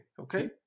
Okay